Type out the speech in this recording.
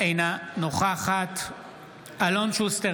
אינה נוכחת אלון שוסטר,